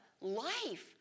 life